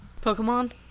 Pokemon